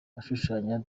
ashushanya